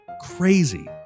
Crazy